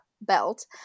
belt